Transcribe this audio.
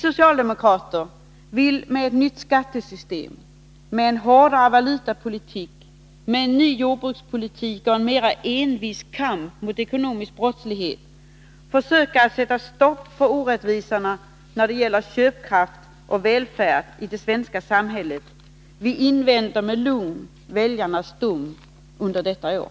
Vi socialdemokrater vill med ett nytt skattesystem, med en hårdare valutapolitik, med en ny jordbrukspolitik och en mera envis kamp mot ekonomisk brottslighet försöka sätta stopp för orättvisorna när det gäller köpkraft och välfärd i det svenska samhället. Vi inväntar med lugn väljarnas dom under detta år.